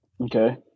Okay